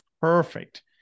perfect